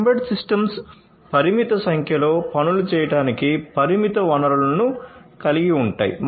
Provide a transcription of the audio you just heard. embedded systems పరిమిత సంఖ్యలో పనులు చేయడానికి పరిమిత వనరులను కలిగి ఉంటాయి